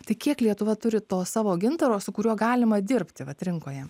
tai kiek lietuva turi to savo gintaro su kuriuo galima dirbti vat rinkoje